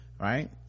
right